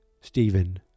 Stephen